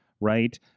right